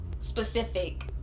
specific